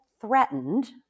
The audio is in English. threatened